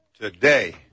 today